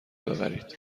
ببرید